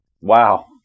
Wow